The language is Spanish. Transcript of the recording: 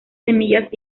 semillas